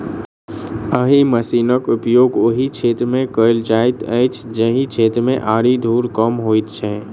एहि मशीनक उपयोग ओहि क्षेत्र मे कयल जाइत अछि जाहि क्षेत्र मे आरि धूर कम होइत छै